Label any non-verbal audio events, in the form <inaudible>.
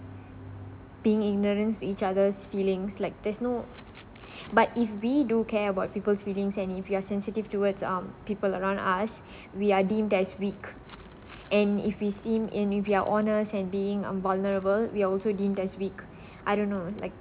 being ignorance each others' feelings like there's no but if we do care about people's feelings and if you are sensitive towards um people around us <breath> we are deemed as weak and if we seemed in if we are honest and being um vulnerable we also deemed that's weak I don't know like